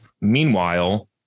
meanwhile